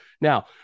Now